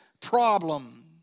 problem